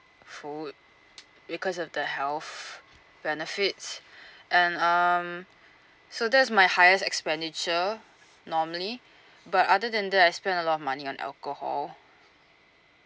food because of the health benefits and um so that's my highest expenditure normally but other than that I spend a lot of money on alcohol